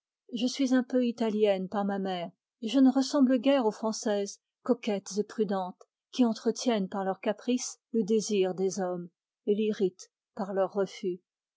je suis un peu italienne par ma mère et je ne ressemble guère aux françaises coquettes et prudentes qui entretiennent par leurs caprices le désir des hommes et l'irritent par leurs refus